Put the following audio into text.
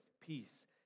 peace